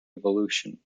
evolution